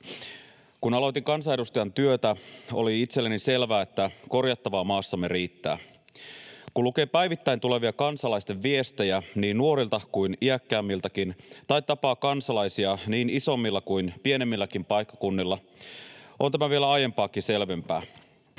Kun aloitin kansanedustajan työtä, oli itselleni selvää, että korjattavaa maassamme riittää. Kun lukee päivittäin tulevia kansalaisten viestejä niin nuorilta kuin iäkkäämmiltäkin tai tapaa kansalaisia niin isommilla kuin pienemmilläkin paikkakunnilla, on tämä vielä aiempaakin selvempää.